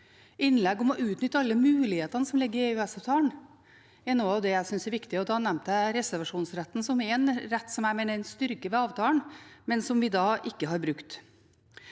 innlegg om å utnytte alle mulighetene som ligger i EØS-avtalen, er noe av det jeg synes er viktig. Da nevnte jeg reservasjonsretten som en rett jeg mener er en styrke ved avtalen, men som vi ikke har brukt.